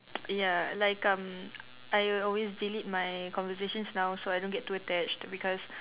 ya like um I'll always delete my conversations now so I don't get too attached because